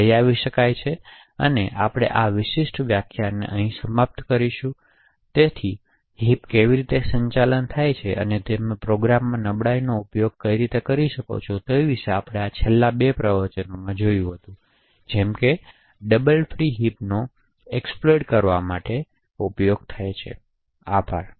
આ સાથે આપણે ખરેખર આ વિશિષ્ટ વ્યાખ્યાનને સમાપ્ત કરીશું તેથી હિપ કેવી રીતે સંચાલિત થાય છે અને તમે પ્રોગ્રામમાં નબળાઈઓનો ઉપયોગ કેવી રીતે કરી શકો છો તે વિશે આપણે આ છેલ્લા બે પ્રવચનોમાં જોયું હતું જેમ કે ડબલ ફ્રી હિપનો એક્સપ્લોઈટ કરવા માટેનો ઉપયોગ જોયો આભાર